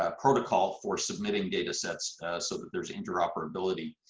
ah protocol for submitting data sets so that there's interoperability.